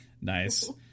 nice